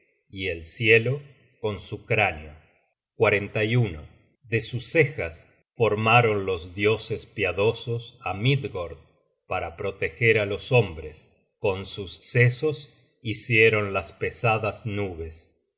y el cielo con su cráneo de sus cejas formaron los dioses piadosos á midgord para proteger á los hombres con sus sesos hicieron las pesadas nubes